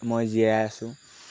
মই জীয়াই আছোঁ